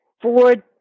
Ford